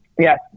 Yes